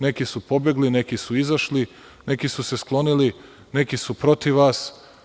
Neki su pobegli, neki su izašli, neki su se sklonili, neki su protiv vas.